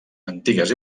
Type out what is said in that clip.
antigues